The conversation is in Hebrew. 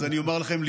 אז אני אומר לכם,